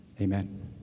Amen